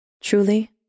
Truly